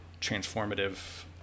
transformative